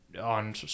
on